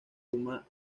suma